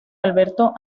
alberto